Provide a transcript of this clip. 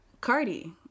cardi